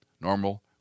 Normal